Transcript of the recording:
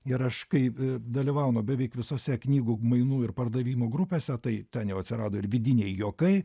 ir aš kai dalyvaunu beveik visose knygų mainų ir pardavimų grupėse tai ten jau atsirado ir vidiniai juokai